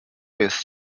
jest